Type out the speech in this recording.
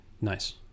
Nice